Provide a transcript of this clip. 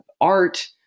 art